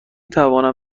توانم